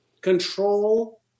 control